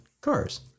cars